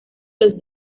los